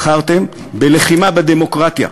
בחרתם בלחימה בדמוקרטיה,